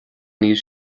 níl